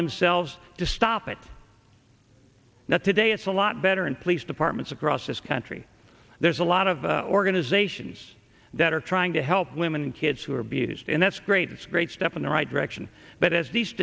themselves to stop it now today it's a lot better and police departments across this country there's a lot of organizations that are trying to help women and kids who are abused and that's great it's a great step in the right direction but as these